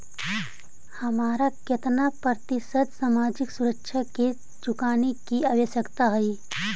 हमारा केतना प्रतिशत सामाजिक सुरक्षा कर चुकाने की आवश्यकता हई